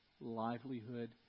livelihood